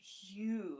huge